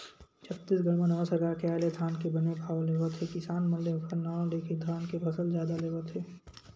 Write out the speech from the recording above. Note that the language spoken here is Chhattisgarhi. छत्तीसगढ़ म नवा सरकार के आय ले धान के बने भाव लेवत हे किसान मन ले ओखर नांव लेके धान के फसल जादा लेवत हे